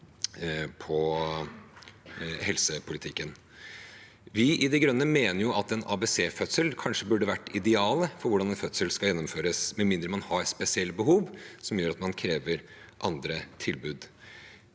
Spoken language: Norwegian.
Vi i De Grønne mener at en ABC-fødsel kanskje burde være idealet for hvordan en fødsel skal gjennomføres med mindre man har spesielle behov som gjør at man krever andre tilbud.